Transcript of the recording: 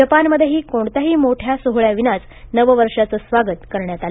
जपानमध्येही कोणत्याही मोठ्या सोहळ्याविनाच नववर्षाचं स्वागत करण्यात आलं